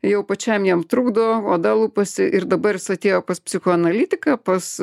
jau pačiam jiem trukdo oda lupasi ir dabar jis atėjo pas psichoanalitiką pas